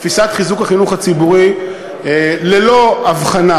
תפיסת חיזוק החינוך הציבורי ללא הבחנה